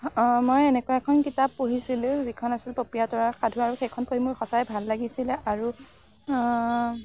মই এনেকুৱা এখন কিতাপ পঢ়িছিলোঁ যিখন আছিল পপীয়া তৰাৰ সাধু আৰু সেইখন পঢ়ি মোৰ সঁচাই ভাল লাগিছিলে আৰু